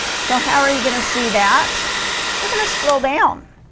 so how are you gonna see that we're gonna scroll down